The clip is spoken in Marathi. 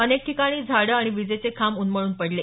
अनेक ठिकाणी झाडं आणि विजेचे खांब उन्मळून पडले